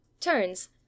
Turns